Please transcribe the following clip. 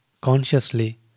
consciously